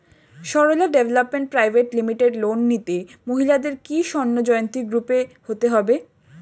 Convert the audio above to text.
Sarala development private limited loan নিতে মহিলাদের কি স্বর্ণ জয়ন্তী গ্রুপে হতে হবে?